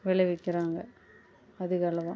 விளைவிக்கறாங்க அதுகளை தான்